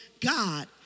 God